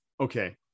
Okay